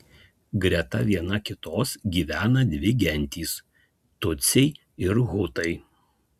greta viena kitos gyvena dvi gentys tutsiai ir hutai